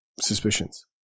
suspicions